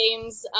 games